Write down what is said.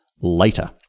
later